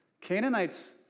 Canaanites